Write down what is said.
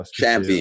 Champion